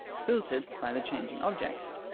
filtered by the changing object.